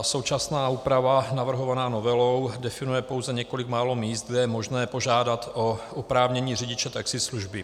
Současná úprava navrhovaná novelou definuje pouze několik málo míst, kde je možné požádat o oprávnění řidiče taxislužby.